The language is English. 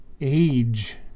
age